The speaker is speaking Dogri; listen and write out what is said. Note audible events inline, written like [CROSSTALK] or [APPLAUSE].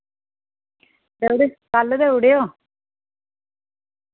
[UNINTELLIGIBLE] कल देऊड़ेओ